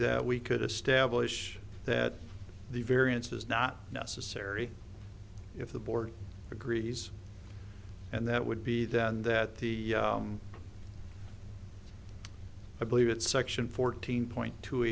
that we could establish that the variance is not necessary if the board agrees and that would be that and that the i believe it's section fourteen point t